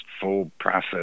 full-process